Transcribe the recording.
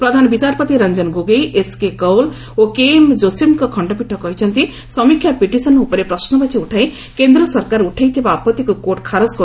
ପ୍ରଧାନ ବିଚାରପତି ରଞ୍ଜନ୍ ଗୋଗୋଇ ଏସ୍କେ କଉଲ୍ ଓ କେଏମ୍ ଯୋଶେଫ୍ଙ୍କ ଖଣ୍ଡପୀଠ କହିଛନ୍ତି ସମୀକ୍ଷା ପିଟିସନ୍ ଉପରେ ପ୍ରଶୁବାଚୀ ଉଠାଇ କେନ୍ଦ୍ର ସରକାର ଉଠାଇଥିବା ଆପତ୍ତିକ୍ର କୋର୍ଟ ଖାରଜ କର୍ରଛନ୍ତି